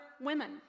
women